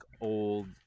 old